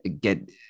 get